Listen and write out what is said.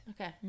Okay